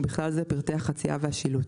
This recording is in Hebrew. ובכלל זה פרטי החציה והשילוט,